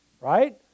Right